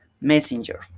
Messenger